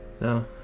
No